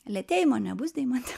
lėtėjimo nebus deimante